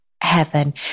heaven